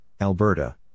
Alberta